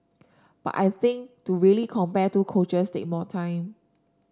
but I think to really compare two coaches take more time